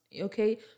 Okay